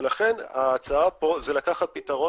ולכן ההצעה פה היא לקחת פתרון